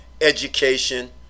education